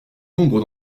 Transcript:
nombre